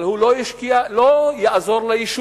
אבל הוא לא יעזור ליישובים.